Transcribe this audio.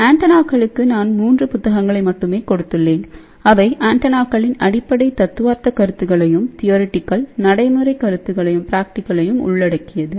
ஆண்டெனாக்களுக்கு நான் 3 புத்தகங்களை மட்டுமே கொடுத்துள்ளேன் அவை ஆண்டெனாக்களின் அடிப்படை தத்துவார்த்த கருத்துக்களையும் நடைமுறைக் கருத்துக்களை உள்ளடக்கியது